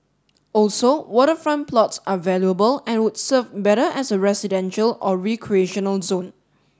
also waterfront plots are valuable and would serve better as a residential or recreational zone